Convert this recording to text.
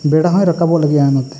ᱵᱮᱲᱟ ᱦᱚᱭ ᱨᱟᱠᱟᱵᱚᱜ ᱞᱟᱹᱜᱤᱫᱚᱜ ᱟᱨ ᱱᱚᱛᱮ